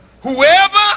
whoever